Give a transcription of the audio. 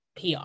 PR